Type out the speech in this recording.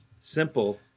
Simple